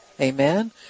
Amen